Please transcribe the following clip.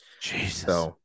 Jesus